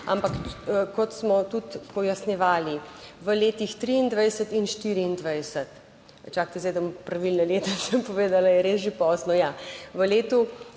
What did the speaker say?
ampak kot smo tudi pojasnjevali, v letih20 23 in 2024 čakajte, zdaj bom pravilno leta, sem povedala, je res že pozno, ja, v letu